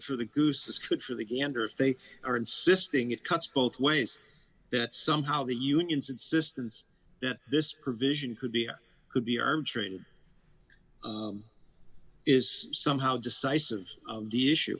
for the goose is cooked for the gander if they are insisting it cuts both ways that somehow the unions insistence that this provision could be could be armed trained is somehow decisive the issue